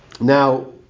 Now